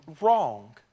wrong